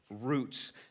roots